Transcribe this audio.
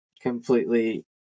completely